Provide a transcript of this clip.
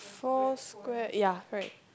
four square ya correct